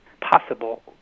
possible